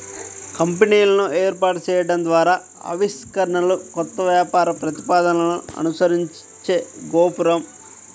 కంపెనీలను ఏర్పాటు చేయడం ద్వారా ఆవిష్కరణలు, కొత్త వ్యాపార ప్రతిపాదనలను అనుసరించే గోపురం